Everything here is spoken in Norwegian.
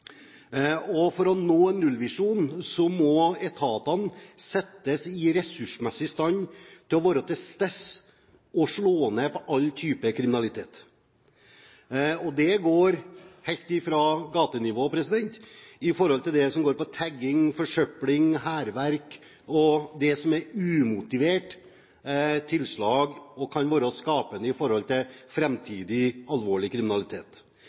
å nå dette må etatene settes ressursmessig i stand til å være til stede og slå ned på alle typer kriminalitet. Det går helt fra gatenivå, det som går på tagging, forsøpling, hærverk – det som er umotiverte tilslag, og kan være skapende med tanke på fremtidig alvorlig kriminalitet.